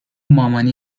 مامانی